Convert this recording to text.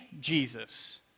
Jesus